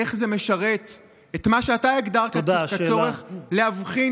איך זה משרת את מה שאתה הגדרת אותו כצורך להבחין